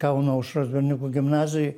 kauno aušros berniukų gimnazijoj